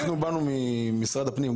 בנו ממשרד הפנים.